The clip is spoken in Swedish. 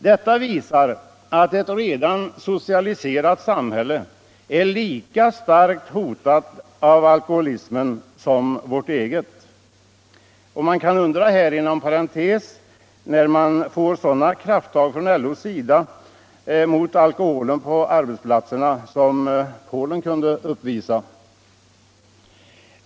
Detta visar att ett socialiserat samhälle är lika starkt hotat av alkoholismen som vårt eget. Inom parentes kan man här undra när vi får se LO ta sådana krafttag mot alkoholen på arbetsplatserna som Polen kunde uppvisa.